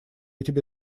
тебе